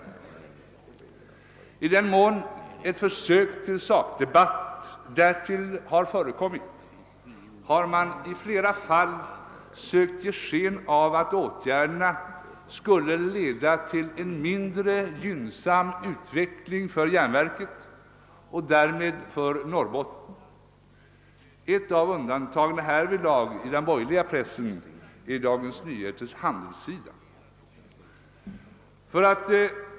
I den mån ett försök till sakdebatt förekommit, har man i flera fall sökt ge sken av att åtgärderna skulle leda till en mindre gynnsam utveckling för företaget och därmed för Norrbotten. I den borgerliga pressen är härvidlag Dagens Nyheters handelssida ett av undantagen.